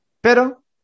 pero